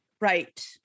right